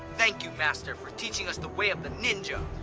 thank you, master, for teaching us the way of the ninja.